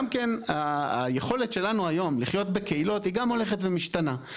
גם כן היכולת שלנו היום לחיות בקהילות היא גם הולכת ומשתנה.